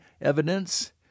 evidence